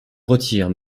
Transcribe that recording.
retire